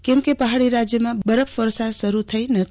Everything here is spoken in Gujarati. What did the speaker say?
કેમ કે પહાડી રાજ્યોમાં બરફ વર્ષા શરૂ થયો નથી